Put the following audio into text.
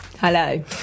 Hello